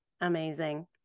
Amazing